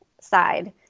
side